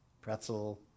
Pretzel